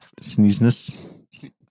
Sneezeness